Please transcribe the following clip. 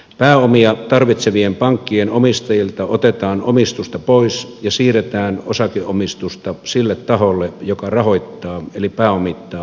pääomia tarvitsevien pankkien omistajilta otetaan omistusta pois ja siirretään osakeomistusta sille taholle joka rahoittaa eli pääomittaa pankkeja